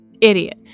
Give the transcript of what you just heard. Idiot